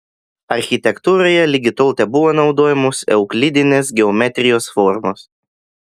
architektūroje ligi tol tebuvo naudojamos euklidinės geometrijos formos